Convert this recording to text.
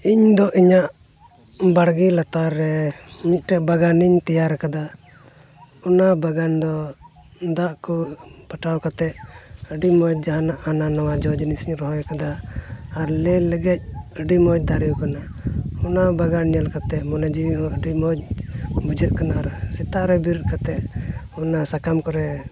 ᱤᱧᱫᱚ ᱤᱧᱟᱹᱜ ᱵᱟᱲᱜᱮ ᱞᱟᱛᱟᱨ ᱨᱮ ᱢᱤᱫᱴᱮᱱ ᱵᱟᱜᱟᱱᱤᱧ ᱛᱮᱭᱟᱨ ᱠᱟᱫᱟ ᱚᱱᱟ ᱵᱟᱜᱟᱱ ᱫᱚ ᱫᱟᱜ ᱠᱚ ᱯᱟᱴᱟᱣ ᱠᱟᱛᱮᱫ ᱟᱹᱰᱤ ᱢᱚᱡᱽ ᱡᱟᱦᱟᱱᱟᱜ ᱦᱟᱱᱟ ᱱᱚᱣᱟ ᱡᱚ ᱡᱤᱱᱤᱥ ᱤᱧ ᱨᱚᱦᱚᱭ ᱠᱟᱫᱟ ᱟᱨ ᱞᱮ ᱞᱮᱸᱜᱮᱡ ᱟᱹᱰᱤ ᱢᱚᱡᱽ ᱫᱟᱨᱮᱣ ᱠᱟᱱᱟ ᱚᱱᱟ ᱵᱟᱜᱟᱱ ᱧᱮᱞ ᱠᱟᱛᱮᱫ ᱢᱚᱱᱮ ᱡᱤᱣᱤ ᱦᱚᱸ ᱟᱹᱰᱤ ᱢᱚᱡᱽ ᱵᱩᱡᱷᱟᱹᱜ ᱠᱟᱱᱟ ᱟᱨ ᱥᱮᱛᱟᱜ ᱨᱮ ᱵᱮᱨᱮᱫ ᱠᱟᱛᱮᱫ ᱚᱱᱟ ᱥᱟᱠᱟᱢ ᱠᱚᱨᱮ